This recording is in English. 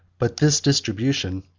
but this distribution,